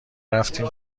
رفتیم